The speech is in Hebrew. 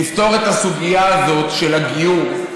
נפתור את הסוגיה הזאת של הגיור,